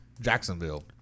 Jacksonville